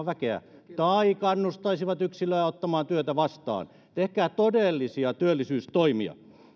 väkeä tai kannustaisivat yksilöä ottamaan työtä vastaan tehkää todellisia työllisyystoimia